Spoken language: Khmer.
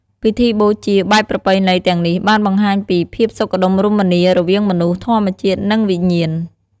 ពិធីបូជាបែបប្រពៃណីទាំងនេះបានបង្ហាញពី ភាពសុខដុមរមនា រវាងមនុស្ស ធម្មជាតិ និងវិញ្ញាណ។